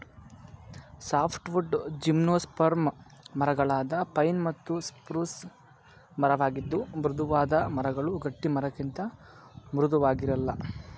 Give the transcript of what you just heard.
softwood gymnosperm ಮರಗಳಾದ pine ಮತ್ತು spruce ಮರವಾಗಿದ್ದು ಮೃದುವಾದ ಮರಗಳು ಗಟ್ಟಿಮರಕ್ಕಿಂತ ಮೃದುವಾಗಿರಲ್ಲ